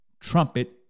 trumpet